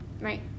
Right